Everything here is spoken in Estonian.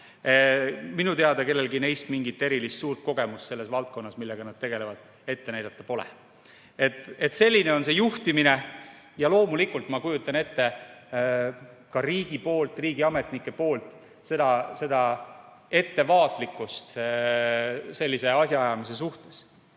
Minu teada kellelgi neist mingit erilist suurt kogemust selles valdkonnas, millega nad tegelevad, ette näidata pole. Selline on see juhtimine. Ja loomulikult ma kujutan ette ka riigi poolt, riigiametnike poolt ettevaatlikkust sellise asjaajamise suhtes.